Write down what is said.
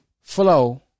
flow